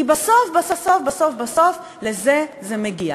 כי בסוף, בסוף, בסוף, לזה זה מגיע.